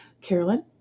Carolyn